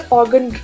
organ